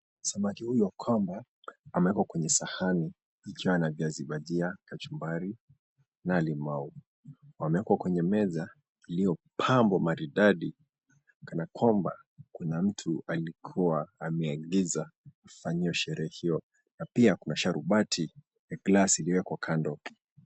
Samaki huyu wa kamba amewekwa kwenye sahani zikiwa na viazi bajia, kachumbari na limau. Wamewekwa kwenye meza iliyopambwa maridadi kana kwamba kuna mtu alikua ameagiza kufanyiwa sherehe hio na, pia kuna sharubati ya glasi iliyowekwa kando.